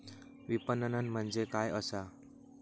विपणन म्हणजे काय असा?